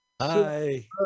hi